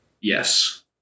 Yes